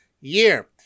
year